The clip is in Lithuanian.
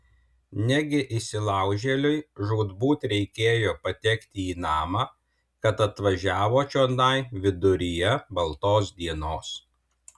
negi įsilaužėliui žūtbūt reikėjo patekti į namą kad atvažiavo čionai viduryje baltos dienos